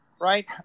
right